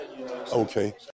Okay